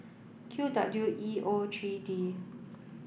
Q W E O three D